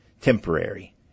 temporary